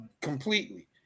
completely